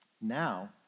now